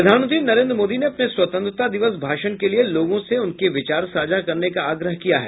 प्रधानमंत्री नरेन्द्र मोदी ने अपने स्वतंत्रता दिवस भाषण के लिए लोगों से उनके विचार साझा करने का आग्रह किया है